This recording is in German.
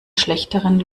schlechteren